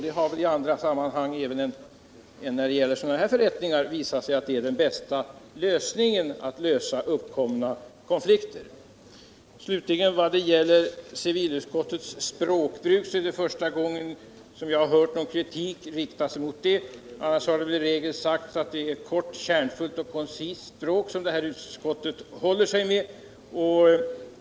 Det har i andra sammanhang än sådana här förrättningar visat sig vara den bästa lösningen för uppkomna konflikter. Det är första gången jag hört kritik riktas mot civilutskottets språkbruk. Annars har som regel sagts att det är ett kort, kärnfullt och koncist språk detta utskott håller sig med.